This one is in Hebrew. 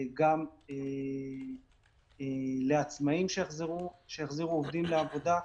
גם לעצמאיים שיחזירו עובדים לעבודה,